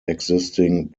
existing